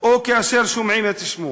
או כאשר שומעים את שמו.